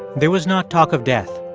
there was not talk of death.